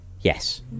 Yes